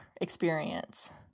experience